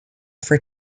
for